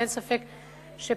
ואין ספק שפניו,